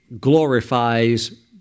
glorifies